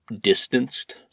distanced